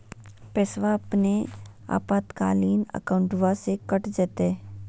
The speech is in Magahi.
पैस्वा अपने आपातकालीन अकाउंटबा से कट जयते?